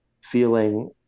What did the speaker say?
feeling